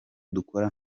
udakora